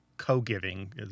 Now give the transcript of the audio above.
co-giving